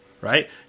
right